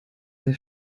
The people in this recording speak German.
der